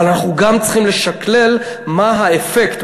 אבל אנחנו גם צריכים לשקלל מה האפקט,